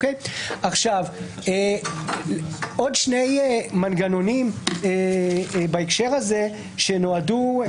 עוד שני מנגנונים בהקשר הזה שמרככים.